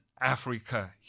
Africa